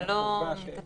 חלק